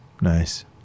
Nice